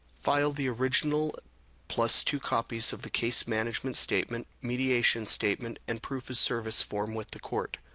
filed the original plus two copies of the case management statement, mediation statement, and proof of service form with the court.